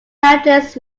mountains